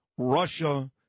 Russia